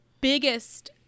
biggest